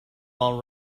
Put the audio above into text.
all